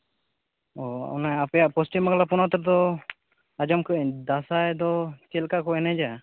ᱚᱻ ᱚᱱᱮ ᱟᱯᱮᱭᱟᱜ ᱯᱚᱥᱪᱤᱢ ᱵᱟᱝᱞᱟ ᱯᱚᱱᱚᱛ ᱨᱮᱫᱚ ᱟᱸᱡᱚᱢ ᱠᱟᱜᱼᱟᱹᱧ ᱫᱟᱸᱥᱟᱭ ᱫᱚ ᱪᱮᱫ ᱞᱮᱠᱟ ᱠᱚ ᱮᱱᱮᱡᱟ